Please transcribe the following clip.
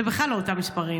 זה בכלל לא אותם מספרים,